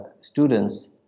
students